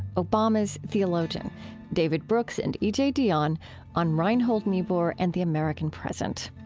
obama's theologian david brooks and e j. dionne on reinhold niebuhr and the american present.